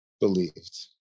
believed